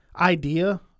idea